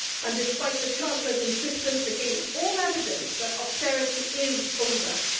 and despite the chancellor's insistence, against all evidence, that austerity is over,